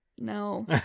no